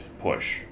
push